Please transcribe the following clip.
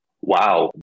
wow